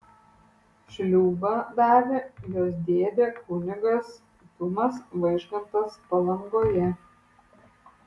šliūbą davė jos dėdė kunigas tumas vaižgantas palangoje